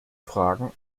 fragen